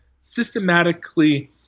systematically